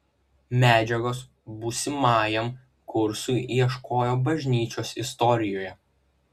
medžiagos būsimajam kursui ieškojo bažnyčios istorijoje